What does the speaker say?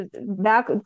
back